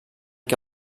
què